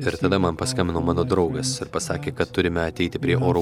ir tada man paskambino mano draugas ir pasakė kad turime ateiti prie oro